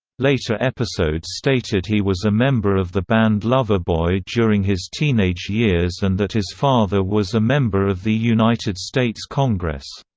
later episode stated he was a member of the band loverboy during his teenage years and that his father was a member of the united states congress.